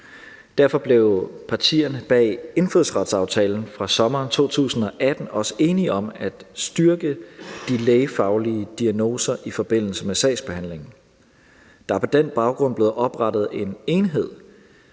Derfor blev partierne bag indfødsretsaftalen fra sommeren 2018 også enige om at styrke de lægefaglige diagnoser i forbindelse med sagsbehandlingen. Der er på den baggrund blevet oprettet en enhed